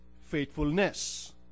faithfulness